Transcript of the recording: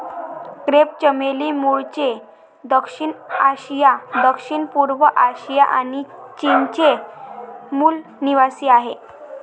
crepe चमेली मूळचे दक्षिण आशिया, दक्षिणपूर्व आशिया आणि चीनचे मूल निवासीआहे